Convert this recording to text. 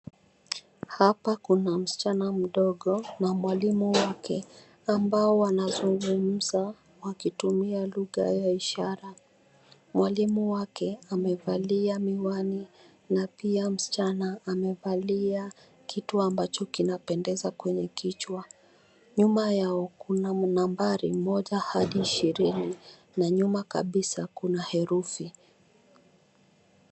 Hapa kuna msichana mdogo na mwalimu wake, ambao wanazungumza wakitumia lugha ya ishara. Mwalimu wake, amevalia miwani na pia msichana amevalia kitu ambacho kinapendeza kwenye kichwa. Nyuma yao, kuna mnambari mmoja hadi ishirini na nyuma kabisa, kuna herufi.